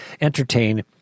entertain